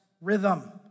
rhythm